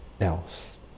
else